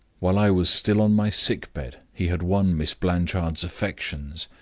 while i was still on my sickbed, he had won miss blanchard's affections.